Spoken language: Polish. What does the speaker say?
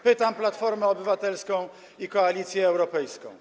Pytam Platformę Obywatelską, Koalicję Europejską.